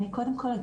קודם כול,